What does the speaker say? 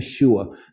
Yeshua